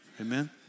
Amen